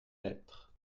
lettres